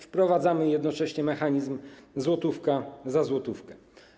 Wprowadzamy jednocześnie mechanizm złotówka za złotówkę.